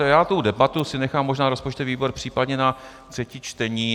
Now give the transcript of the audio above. A já tu debatu si nechám možná na rozpočtový výbor, případně na třetí čtení.